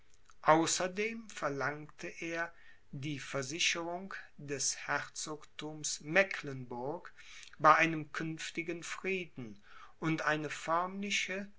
außerdem verlangte er die versicherung des herzogtums mecklenburg bei einem künftigen frieden und eine förmliche